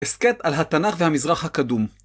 הסקט על התנ״ך והמזרח הקדום